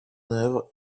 œuvre